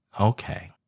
Okay